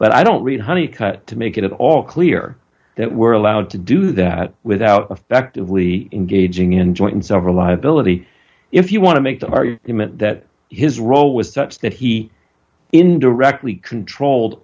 but i don't read honey cut to make it at all clear that we're allowed to do that without effectively engaging in joint and several liability if you want to make the argument that his role was such that he indirectly controlled